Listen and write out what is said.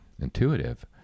intuitive